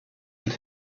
and